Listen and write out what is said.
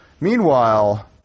Meanwhile